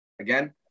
again